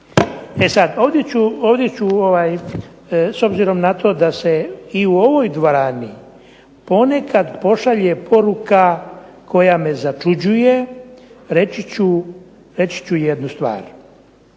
E sada, ovdje ću s obzirom na to da se i u ovoj dvorani ponekad pošalje poruka koja me začuđuje, reći ću jednu stvar.